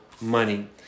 money